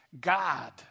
God